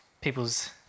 people's